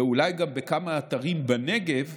ואולי גם בכמה אתרים בנגב,